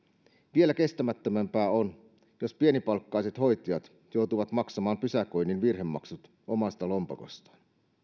vielä kestämättömämpää on jos pienipalkkaiset hoitajat joutuvat maksamaan pysäköinnin virhemaksut omasta lompakostaan